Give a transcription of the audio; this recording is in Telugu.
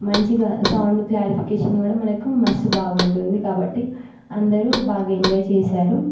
మంచిగా సౌండ్ క్లారిఫికేషన్ కూడా మనకి మస్త్ బాగుంటుంది కాబట్టి అందరూ బాగా ఏంజాయ్ చేసారు